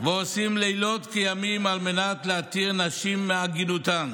ועושים לילות כימים על מנת להתיר נשים מעגינותן